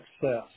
success